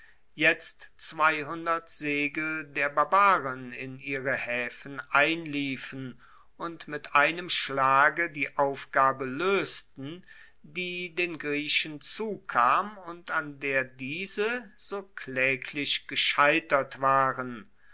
jetzt zweihundert segel der barbaren in ihre haefen einliefen und mit einem schlage die aufgabe loesten die den griechen zukam und an der diese so klaeglich gescheitert waren